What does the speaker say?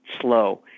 slow